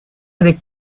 avec